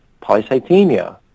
polycythemia